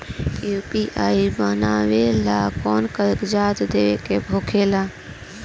UPI बनावेला कौनो कागजात देवे के होखेला का?